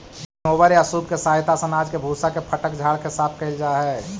winnower या सूप के सहायता से अनाज के भूसा के फटक झाड़ के साफ कैल जा हई